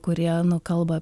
kurie nu kalba